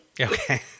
Okay